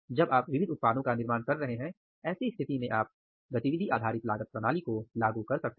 जब आप विविध उत्पादों का निर्माण कर रहे हैं ऐसी स्थिति में आप ABC को लागू कर सकते हैं